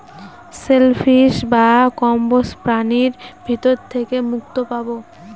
shell fish বা কম্বোজ প্রাণীর ভিতর থেকে যে মুক্তো পাবো